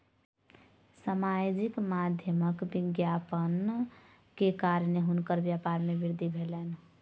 सामाजिक माध्यमक विज्ञापन के कारणेँ हुनकर व्यापार में वृद्धि भेलैन